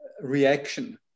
reaction